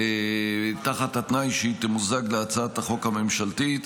תחת התנאי שהיא תמוזג בהצעת החוק הממשלתית.